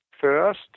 First